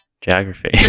Geography